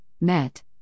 met